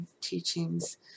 teachings